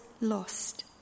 lost